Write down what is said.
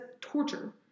torture